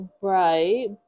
Right